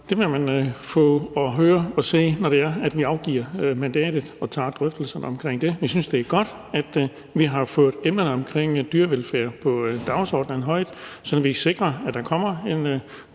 Det vil man få at høre og se, når det er, at vi afgiver mandatet og tager drøftelserne omkring det. Jeg synes, det er godt, at vi har fået emnerne omkring dyrevelfærd højt på dagsordenen, sådan at vi kan sikre, at der kommer en